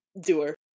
doer